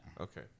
Okay